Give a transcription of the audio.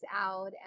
out